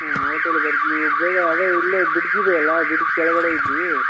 ಹಾಂ ಓಟೆಲ್ಗ್ ಹೋಗಿ ಬೇಗ ಅದೆ ಇಲ್ಲೇ ಬಿಡ್ಜ್ ಇದೆಯಲ್ಲ ಬಿಡ್ಜ್ ಕೆಳಗಡೆ ಇದ್ವೀ